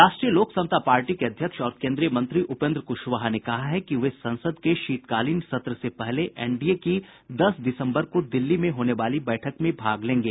राष्ट्रीय लोक समता पार्टी के अध्यक्ष और केन्द्रीय मंत्री उपेन्द्र क्शवाहा ने कहा है कि वे संसद के शीतकालीन सत्र से पहले एनडीए की दस दिसम्बर को दिल्ली में होने वाली बैठक में भाग लेंगे